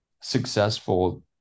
successful